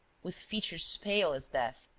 with features pale as death,